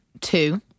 two